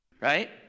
Right